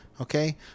Okay